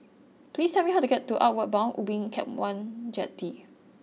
please tell me how to get to Outward Bound Ubin Camp one Jetty